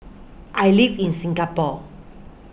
I live in Singapore